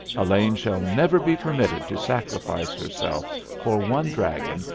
elaine shall never be permitted to sacrifice herself for one dragon,